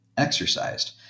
exercised